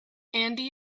andy